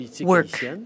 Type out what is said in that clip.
work